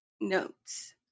notes